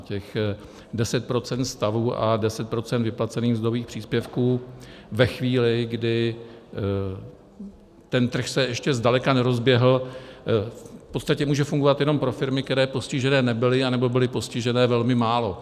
Těch 10 % stavů a 10 % vyplacených mzdových příspěvků ve chvíli, kdy ten trh se ještě zdaleka nerozběhl, v podstatě může fungovat jenom pro firmy, které postižené nebyly, anebo byly postižené velmi málo.